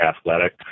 athletic